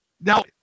Now